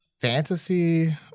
fantasy